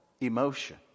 emotion